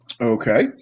Okay